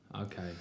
Okay